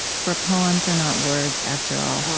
for poems are not words, after all,